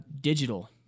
digital